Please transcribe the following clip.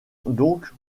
donc